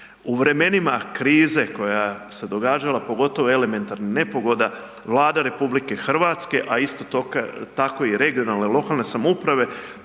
U vremenima krize koja se događala pogotovo elementarnih nepogoda Vlada RH, a isto tako i regionalne lokalne samouprave